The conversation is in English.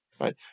right